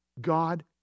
God